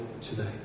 today